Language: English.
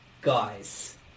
guys